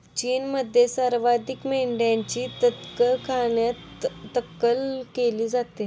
चीनमध्ये सर्वाधिक मेंढ्यांची कत्तलखान्यात कत्तल केली जाते